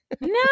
No